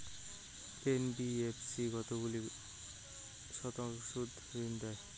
NBFC কতগুলি কত শতাংশ সুদে ঋন দেয়?